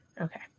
Okay